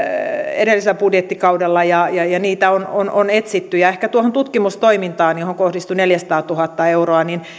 edellisellä budjettikaudella ja ja niitä on on etsitty tutkimustoimintaan johon kohdistui neljäsataatuhatta euroa